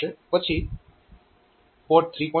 પછી P3